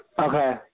Okay